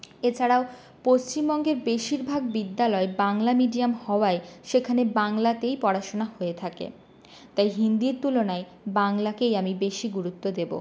এছাড়াও পশ্চিমবঙ্গের বেশিরভাগ বিদ্যালয় বাংলা মিডিয়াম হওয়ায় সেখানে বাংলাতেই পড়াশুনা হয়ে থাকে তাই হিন্দির তুলনায় বাংলাকেই আমি বেশি গুরুত্ব দেব